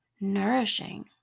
nourishing